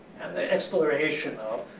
and the explorational,